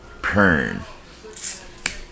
Pern